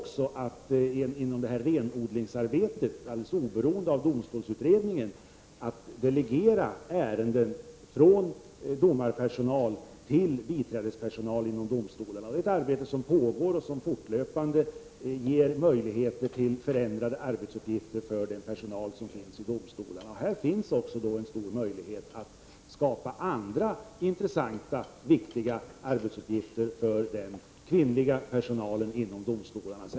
Inom renodlingsarbetet, oberoende av domstolsutredningen, försöker man delegera ärenden från domarpersonal till biträdespersonal inom domstolarna. Det är ett arbete som pågår och som fortlöpande ger möjligheter till förändrade arbetsuppgifter för den personal som finns på domstolarna. Här finns också stora möjligheter att skapa andra intressanta och viktiga arbetsuppgifter för den kvinnliga personalen inom domstolarna.